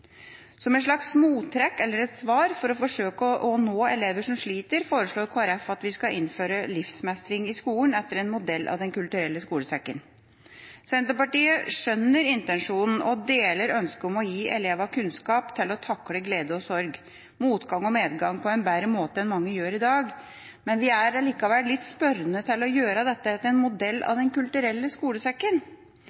Som et slags mottrekk eller et svar for å forsøke å nå elever som sliter, foreslår Kristelig Folkeparti at vi skal innføre prosjektet Livsmestring i skolen, etter modell av Den kulturelle skolesekken. Senterpartiet skjønner intensjonen og deler ønsket om å gi elevene kunnskap til å takle glede og sorg, motgang og medgang på en bedre måte enn mange gjør i dag, men vi er allikevel litt spørrende til å gjøre dette etter modell